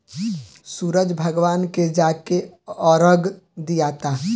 सूरज भगवान के जाके अरग दियाता